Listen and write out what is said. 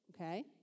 okay